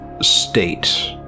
state